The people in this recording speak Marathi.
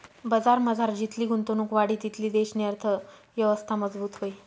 बजारमझार जितली गुंतवणुक वाढी तितली देशनी अर्थयवस्था मजबूत व्हयी